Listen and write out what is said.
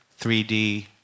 3D